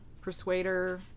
persuader